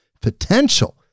potential